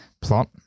plot